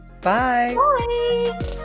Bye